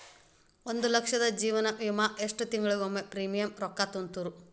ಒಂದ್ ಲಕ್ಷದ ಜೇವನ ವಿಮಾಕ್ಕ ಎಷ್ಟ ತಿಂಗಳಿಗೊಮ್ಮೆ ಪ್ರೇಮಿಯಂ ರೊಕ್ಕಾ ತುಂತುರು?